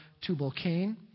Tubal-Cain